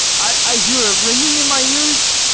i hear a ringing in my ears,